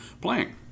playing